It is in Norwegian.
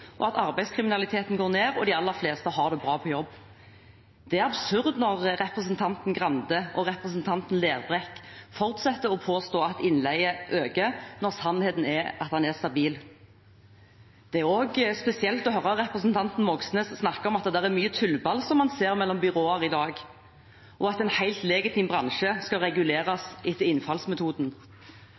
at arbeidskriminaliteten går ned, og at de aller fleste har det bra på jobb. Det er absurd når representanten Grande og representanten Lerbrekk fortsetter å påstå at innleie øker, når sannheten er at det er stabilt. Det er også spesielt å høre representanten Moxnes snakke om at man ser mye tullball mellom byråer i dag, og at en helt legitim bransje skal reguleres etter innfallsmetoden.